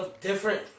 different